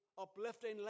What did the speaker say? uplifting